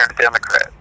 Democrat